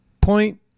Point